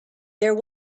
there